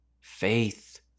faith